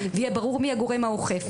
ויהיה ברור מיהו הגורם האוכף,